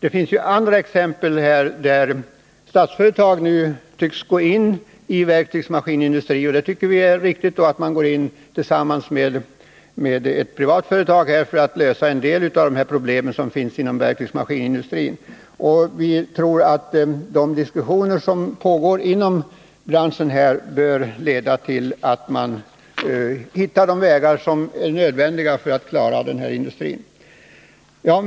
Det finns andra exempel på att Statsföretag nu går in i verktygsmaskinindustrin tillsammans med privata företag, och det tycker vi är riktigt. Man gör det för att lösa en del av de problem som finns inom denna industri, och vi tror 173 att de diskussioner som pågår inom branschen leder till att man hittar de vägar som är nödvändiga för att rädda den här industrin.